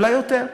אולי יותר.